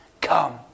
Come